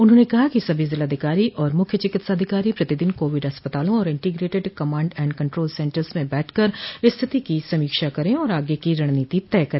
उन्होंने कहा कि सभी जिलाधिकारी आर मुख्य चिकित्साधिकारो प्रतिदिन कोविड अस्पतालों और इंटीग्रेटेड कमांड एण्ड कंट्रोल सेन्टरों में बैठक कर स्थिति की समीक्षा कर और आगे की रणनीति तय कर